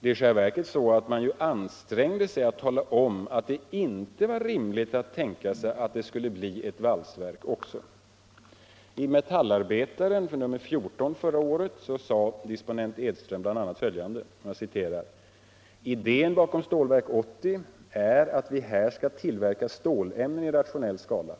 Det är i själva verket så att man ansträngde sig att tala om att det inte var rimligt att tänka sig att det skulle bli ett valsverk också. I Metallarbetaren nr 14 förra året sade disponent Edström bl.a. följande: "Idén bakom Stålverk 80 är att vi här ska tillverka stålämnen i rationell skala.